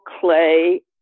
clay